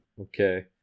Okay